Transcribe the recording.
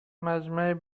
مجمع